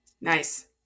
Nice